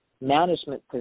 management